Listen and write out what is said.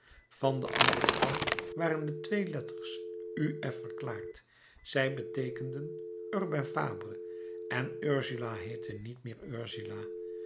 van den anderen kant waren de twee letters u f verklaard zij beteekenden urbain fabre en ursula heette niet meer ursula